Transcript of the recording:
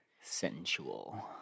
sensual